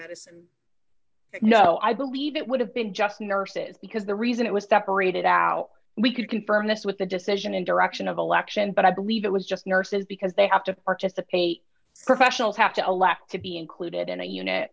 medicine no i believe it would have been just nurses because the reason it was separated out we could confirm this with the decision in direction of election but i believe it was just nurses because they have to participate professionals have to elect to be included in a unit